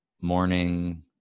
morning